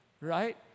right